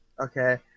Okay